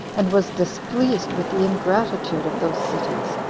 and was displeased with the ingratitude of those cities.